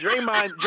Draymond